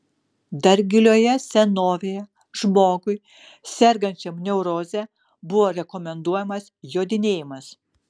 dar gilioje senovėje žmogui sergančiam neuroze buvo rekomenduojamas jodinėjimas